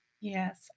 yes